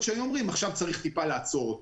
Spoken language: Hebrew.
שהיו אומרים שעכשיו צריך טיפה לעצור אותו.